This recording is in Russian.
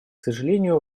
сожалению